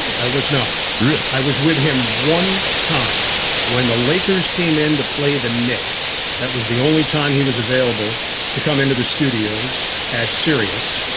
i was not. yeah i i was with him one time when the lakers came in to play the knicks. that was the only time he was available to come into the studios at serious.